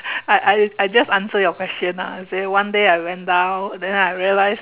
I I I just answer your question lah say one day I went down then I realised